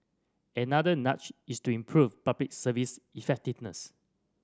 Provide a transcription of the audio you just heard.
another nudge is to improve Public Service effectiveness